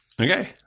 Okay